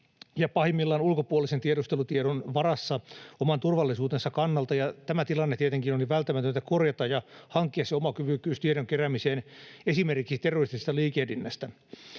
ja pahimmillaan ulkopuolisen tiedustelutiedon varassa oman turvallisuutensa kannalta, ja tämä tilanne tietenkin oli välttämätöntä korjata ja hankkia se oma kyvykkyys tiedon keräämiseen esimerkiksi terroristisesta liikehdinnästä.